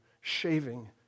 shaving